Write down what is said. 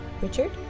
Richard